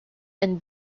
and